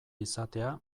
izatea